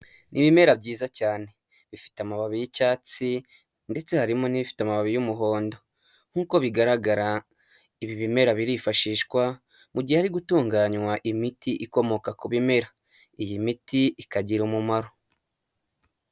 Ni ibimera byiza cyane, bifite amababi y'icyatsi ndetse harimo n'ibifite amababi y'umuhondo nk'uko bigaragara, ibi bimera birifashishwa mu gihe ari gutunganywa imiti ikomoka ku bimera, iyi miti ikagira umumaro.